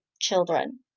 children